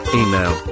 email